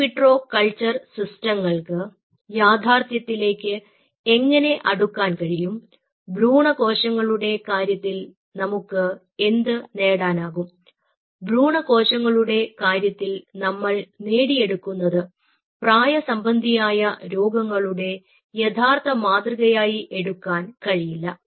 in vitro culture സിസ്റ്റങ്ങൾക്ക് യാഥാർത്ഥ്യത്തിലേക്ക് എങ്ങനെ അടുക്കാൻ കഴിയും ഭ്രൂണ കോശങ്ങളുടെ കാര്യത്തിൽ നമുക്ക് എന്ത് നേടാനാകും ഭ്രൂണ കോശങ്ങളുടെ കാര്യത്തിൽ നമ്മൾ നേടിയെടുക്കുന്നത് പ്രായ സംബന്ധിയായ രോഗങ്ങളുടെ യഥാർത്ഥ മാതൃകയായി എടുക്കാൻ കഴിയില്ല